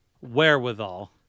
Wherewithal